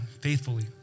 faithfully